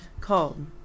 called